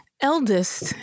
eldest